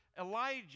Elijah